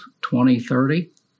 2030